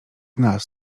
nas